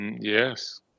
Yes